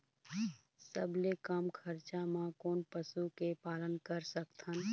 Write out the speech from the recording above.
सबले कम खरचा मा कोन पशु के पालन कर सकथन?